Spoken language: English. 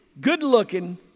good-looking